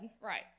right